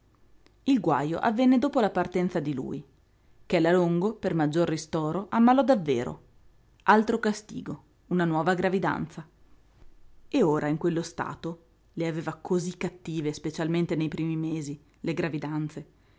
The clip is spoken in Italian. il guajo avvenne dopo la partenza di lui ché la longo per maggior ristoro ammalò davvero altro castigo una nuova gravidanza e ora in quello stato le aveva cosí cattive specialmente nei primi mesi le gravidanze